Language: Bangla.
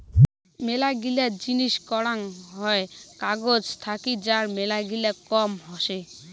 মেলাগিলা জিনিস করাং হই কাগজ থাকি যার মেলাগিলা কাম হসে